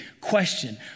Question